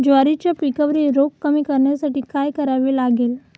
ज्वारीच्या पिकावरील रोग कमी करण्यासाठी काय करावे लागेल?